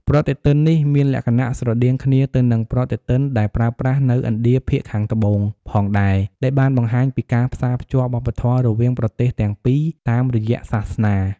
ប្រតិទិននេះមានលក្ខណៈស្រដៀងគ្នាទៅនឹងប្រតិទិនដែលប្រើប្រាស់នៅ ឥណ្ឌាភាគខាងត្បូង ផងដែរ ដែលបានបង្ហាញពីការផ្សារភ្ជាប់វប្បធម៌រវាងប្រទេសទាំងពីរតាមរយៈសាសនា។